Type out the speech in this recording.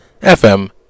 FM